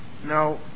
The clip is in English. Now